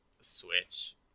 Switch